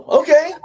okay